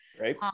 Right